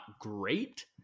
great